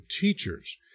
teachers—